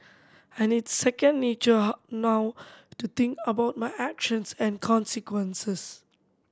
and it's second nature how now to think about my actions and consequences